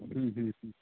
ಹ್ಞೂ ಹ್ಞೂ ಹ್ಞೂ